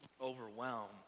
Overwhelmed